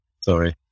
Sorry